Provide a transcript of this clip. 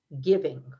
giving